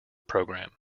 program